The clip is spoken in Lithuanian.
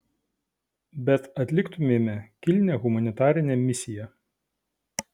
bet atliktumėme kilnią humanitarinę misiją